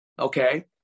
okay